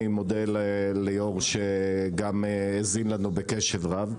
אני מודה גם ליו"ר שגם האזין לנו בקשב רב.